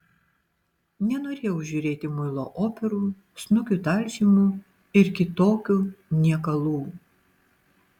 nenorėjau žiūrėti muilo operų snukių talžymų ir kitokių niekalų